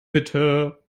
bitte